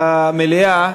במליאה.